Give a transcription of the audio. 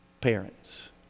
parents